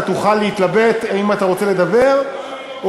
אתה תוכל להתלבט אם אתה רוצה לדבר או